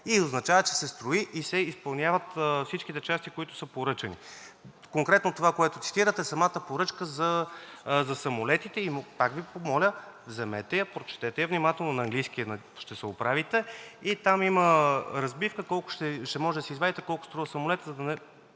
И означава, че се строи и се изпълняват всичките части, които са поръчани. Конкретно това, което цитирате – самата поръчка за самолетите, и пак Ви моля, вземете я, прочетете я внимателно, на английски е – ще се оправите, и там има разбивка, ще можете да си извадите колко струва самолетът,